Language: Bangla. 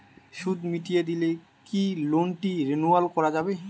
সুদ মিটিয়ে দিলে কি লোনটি রেনুয়াল করাযাবে?